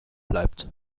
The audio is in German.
bleibt